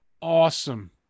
awesome